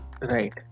Right